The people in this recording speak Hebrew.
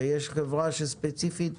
יש חברה שעוסקת ספציפית